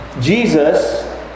Jesus